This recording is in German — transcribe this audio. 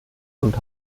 und